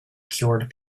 cured